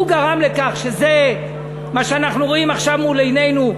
הוא גרם לכך שזה מה שאנחנו רואים עכשיו מול עינינו,